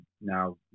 now